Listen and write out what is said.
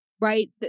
right